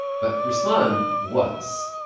but ruslan was.